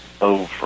over